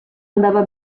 andava